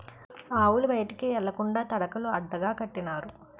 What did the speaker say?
ఆవులు బయటికి ఎల్లకండా తడకలు అడ్డగా కట్టినారు